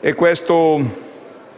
e questo